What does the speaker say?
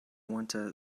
wanta